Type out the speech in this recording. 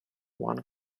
one